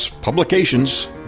Publications